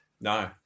no